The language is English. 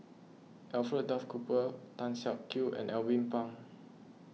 Alfred Duff Cooper Tan Siak Kew and Alvin Pang